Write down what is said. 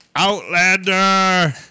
Outlander